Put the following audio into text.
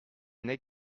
n’est